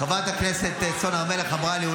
חברת הכנסת סון הר מלך אמרה לי,